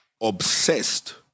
obsessed